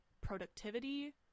productivity